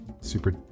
super